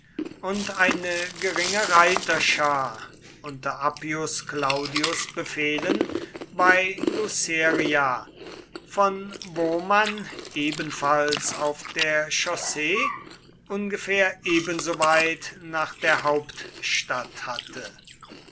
und eine geringe reiterschar unter appius claudius befehlen bei luceria von wo man ebenfalls auf der chaussee ungefähr ebensoweit nach der hauptstadt hatte